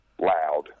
loud